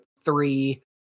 three